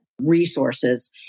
resources